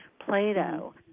Plato